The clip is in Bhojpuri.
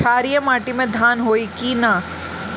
क्षारिय माटी में धान होई की न?